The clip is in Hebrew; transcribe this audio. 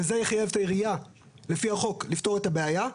וזה יחייב את העירייה לפי החוק לפתור את הבעיה.